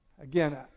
again